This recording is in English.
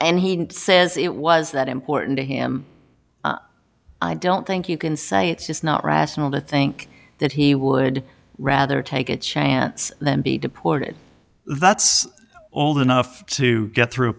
and he says it was that important to him i don't think you can say it's just not rational to think that he would rather take a chance than be deported that's old enough to get through